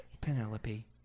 Penelope